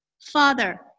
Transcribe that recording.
Father